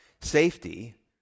Safety